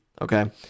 okay